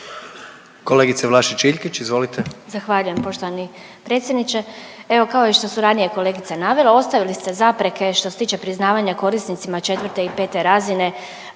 izvolite. **Vlašić Iljkić, Martina (SDP)** Zahvaljujem poštovan predsjedniče. Evo kao i što su ranije kolegice navele, ostavili ste zapreke što se tiče priznavanja korisnicima 4. i 5. razine